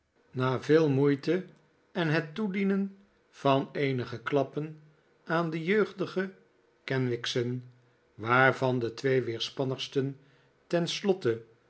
na veel moeite en het toedienen van eenige klappen aan de jeugdige kenwigs'en waarvan de twee weerspannigsten tenttwww herinneringen slotte